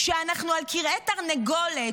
כשאנחנו על כרעי תרנגולת,